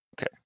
Okay